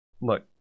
look